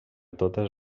totes